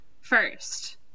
first